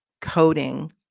coding